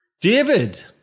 David